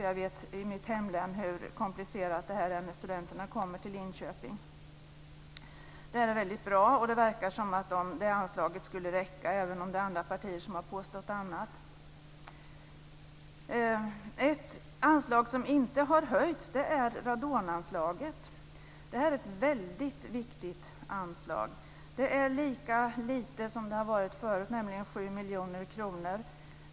Jag vet hur komplicerat detta är i mitt hemlän när studenterna kommer till Linköping. Detta är väldigt bra. Det verkar som om det anslaget skulle räcka, även om andra partier har påstått något annat. Ett anslag som inte har höjts är radonanslaget. Det är ett väldigt viktigt anslag. Det är lika litet som det har varit förut, nämligen 7 miljoner kronor.